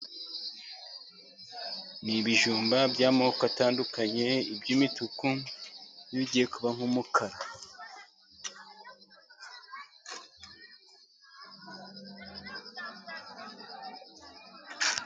Ni ibijumba by'amoko atandukanye, iby'imituku n'ibigiye kuba nk'umukara.